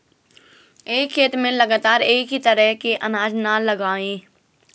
एक खेत में लगातार एक ही तरह के अनाज न लगावें